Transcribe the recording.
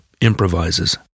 improvises